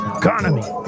economy